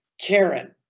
Karen